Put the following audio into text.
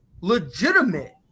legitimate